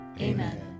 Amen